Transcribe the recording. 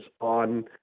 on